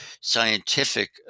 scientific